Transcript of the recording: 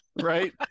right